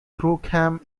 crookham